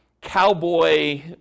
cowboy